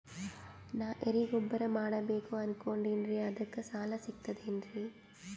ನಾ ಎರಿಗೊಬ್ಬರ ಮಾಡಬೇಕು ಅನಕೊಂಡಿನ್ರಿ ಅದಕ ಸಾಲಾ ಸಿಗ್ತದೇನ್ರಿ?